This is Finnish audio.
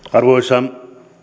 arvoisa